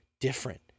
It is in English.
different